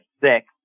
six